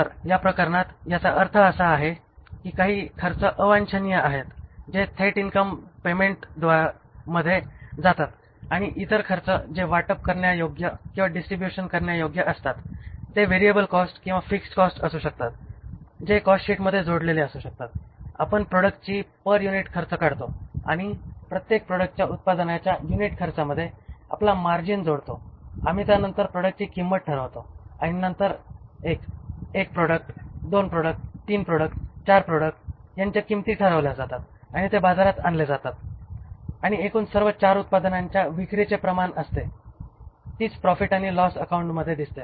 तर या प्रकरणात याचा अर्थ असा आहे की काही खर्च अवांछनीय आहेत जे थेट इनकम स्टेटमेण्टमध्ये जातात आणि इतर खर्च जे वाटप करण्यायोग्य किंवा डिस्ट्रीबुट करण्यायोग्य असतात ते व्हेरिएबल कॉस्ट किंवा फिक्स्ड कॉस्ट असू शकतात जे कॉस्टशीटमध्ये जोडलेले असू शकतात आपण प्रॉडक्ट ची पर युनिट खर्च काढतो आणि प्रत्येक प्रॉडक्टच्या उत्पादनाच्या युनिट खर्चामध्ये आपला मार्जिन जोडतो आम्ही त्या नंतर प्रॉडक्टची किंमत ठरवतो आणि नंतर प्रॉडक्ट 1 प्रॉडक्ट 2 प्रॉडक्ट 3 प्रॉडक्ट 4 यांच्या किंमती ठरवल्या जातात आणि ते बाजारात आणले जातात आणि एकूण सर्व 4 उत्पादनांच्या विक्रीचे प्रमाण असते तीच प्रॉफिट आणि लॉस अकाउंटमध्ये दिसते